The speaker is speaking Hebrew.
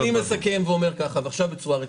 אז אני מסכם ואומר ככה, ועכשיו בצורה רצינית,